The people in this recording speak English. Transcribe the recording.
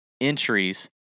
entries